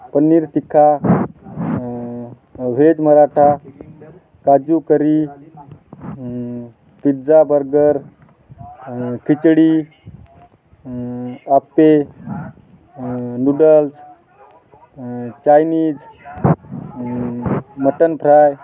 पनीर तिक्खा व्हेज मराठा काजू curry pizza burger आणि khichdi appe noodles Chinese mutton fry